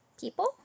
people